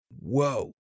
whoa